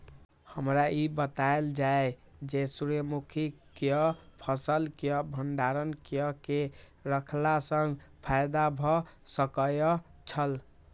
हमरा ई बतायल जाए जे सूर्य मुखी केय फसल केय भंडारण केय के रखला सं फायदा भ सकेय छल?